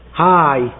hi